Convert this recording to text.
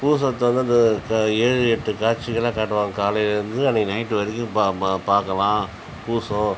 பூசம் தொடர்ந்து ஏழு எட்டு காட்சிகளாக காட்டுவாங்க காலைலேருந்து அன்னிக்கு நைட் வரைக்கும் பார்க்கலாம் பூசம்